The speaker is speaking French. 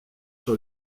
sur